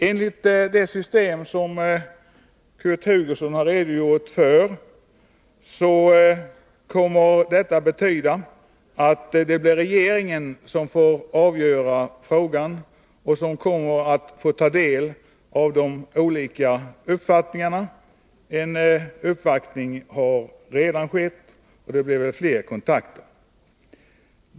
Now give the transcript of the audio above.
Enligt det system som Kurt Hugosson har redogjort för kommer detta att betyda att det blir regeringen som får avgöra frågan och ta del av de olika uppfattningarna. En uppvaktning har redan skett, och det blir väl fler kontakter.